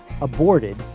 aborted